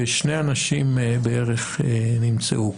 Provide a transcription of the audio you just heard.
שני אנשים בערך נמצאו.